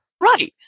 Right